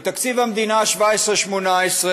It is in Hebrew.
בתקציב המדינה לשנים 2017 2018,